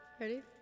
Ready